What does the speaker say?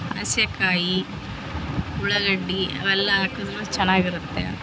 ಅಸ್ಸೇಕಾಯಿ ಉಳ್ಳಾಗಡ್ಡಿ ಅವೆಲ್ಲ ಹಾಕಿದ್ಮೇಲೆ ಚೆನ್ನಾಗಿರುತ್ತೆ